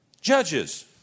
judges